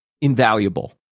invaluable